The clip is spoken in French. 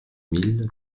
mille